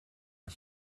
are